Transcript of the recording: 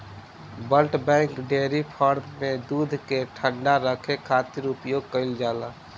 bulk tank dairy farm में दूध के ठंडा रखे खातिर उपयोग कईल जाला